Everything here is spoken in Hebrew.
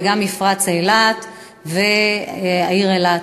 וגם מפרץ אילת והעיר אילת,